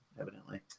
evidently